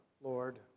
Lord